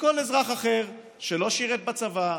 מכל אזרח אחר שלא שירת בצבא,